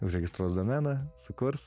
užregistruos domeną sukurs